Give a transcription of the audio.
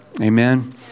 Amen